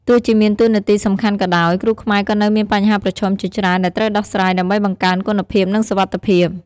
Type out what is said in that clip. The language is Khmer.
ទោះជាមានតួនាទីសំខាន់ក៏ដោយ គ្រូខ្មែរក៏នៅមានបញ្ហាប្រឈមជាច្រើនដែលត្រូវដោះស្រាយដើម្បីបង្កើនគុណភាពនិងសុវត្ថិភាព។